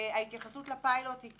ההתייחסות לפיילוט היא